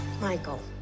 Michael